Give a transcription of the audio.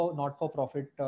not-for-profit